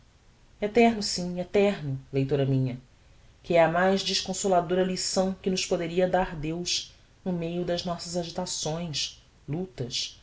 eterno eterno sim eterno leitora minha que é a mais dasconsoladora lição que nos poderia dar deus no meio das nossas agitações lutas